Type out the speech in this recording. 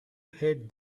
hate